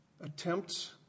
attempts